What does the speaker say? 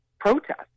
protest